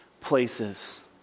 places